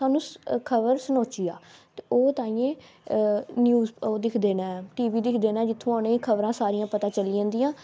सानूं खबर सनोची जा ते ओह् ताहियें न्यूज़ दिक्खदे न टी वी दिक्खदे न जि'त्थुआं उ'नें ई खबरां सारियां पता चली जंदियां